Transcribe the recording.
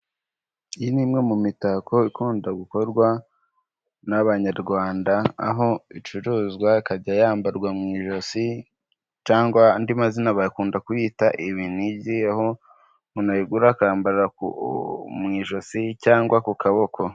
Iyi ni imwe mu mitako ikunda gukorwa n'abanyarwanda aho icuruzwa akajya yambarwa mu ijosi cyangwa andi mazina bakunda kuyita ibinigi, aho umuntu ayigura akayambara mu ijosi cyangwa ku kaboko.